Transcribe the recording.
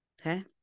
Okay